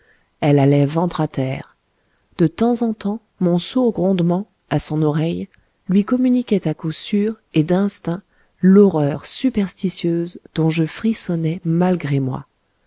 elle allait ventre à terre de temps en temps mon sourd grondement à son oreille lui communiquait à coup sûr et d'instinct l'horreur superstitieuse dont je frissonnais malgré moi